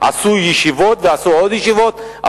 עשו ישיבות ועשו עוד ישיבות,